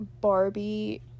Barbie